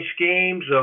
schemes